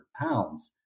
pounds